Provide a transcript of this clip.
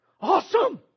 Awesome